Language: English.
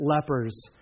lepers